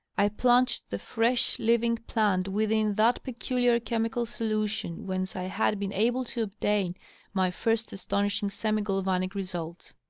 i plunged the fresh, living plant within that peculiar chemical solution whence i had been able to obtain my first astonishing semi-galvanic results.